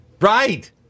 Right